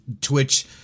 Twitch